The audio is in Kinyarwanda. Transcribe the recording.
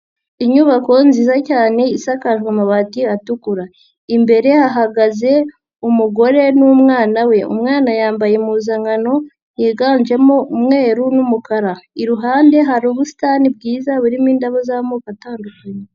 Inyubako nziza cyane isakajwe amabati atukura, imbere hahagaze umugore n'umwana we, umwana yambaye impuzankano yiganjemo umweru n'umukara, iruhande hari ubusitani bwiza burimo indabo z'amoko atandukanye.